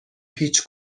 پیچ